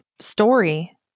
story